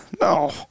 No